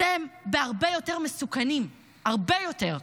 אתם בהרבה יותר מסוכנים, הרבה יותר.